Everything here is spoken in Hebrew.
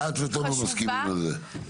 הנה, את ותומר מסכימים על זה.